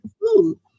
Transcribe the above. food